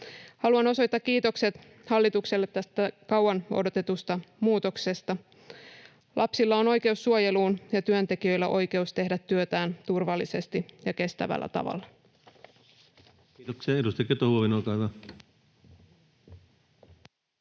Haluan osoittaa kiitokset hallitukselle tästä kauan odotetusta muutoksesta. Lapsilla on oikeus suojeluun ja työntekijöillä oikeus tehdä työtään turvallisesti ja kestävällä tavalla. [Speech 177] Speaker: Ensimmäinen varapuhemies